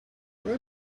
where